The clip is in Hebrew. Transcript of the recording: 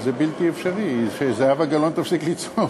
זה בלתי אפשרי, שזהבה גלאון תפסיק לצעוק.